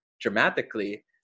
dramatically